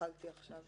התחלתי עכשיו